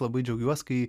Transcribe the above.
labai džiaugiuos kai